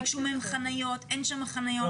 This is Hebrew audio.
ביקשו מהם חניות, אין שם חניות.